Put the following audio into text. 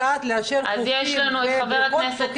הצבעה בעד, 9 נגד, אין נמנעים, אין אושרה.